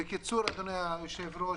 אדוני היושב-ראש,